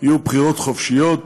יהיו בחירות חופשיות,